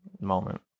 moment